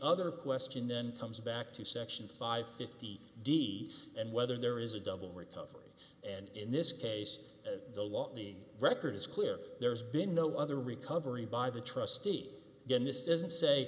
other question then comes back to section five fifty d and whether there is a double recovery and in this case the law the record is clear there's been no other recovery by the trustee again this isn't say